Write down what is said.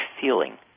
feeling